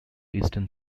eastern